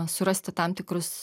surasti tam tikrus